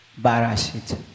Barashit